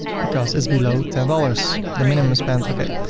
because it's below ten dollars, the minimum spend. okay.